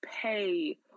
pay